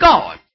God